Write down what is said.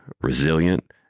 resilient